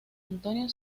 antonio